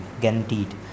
guaranteed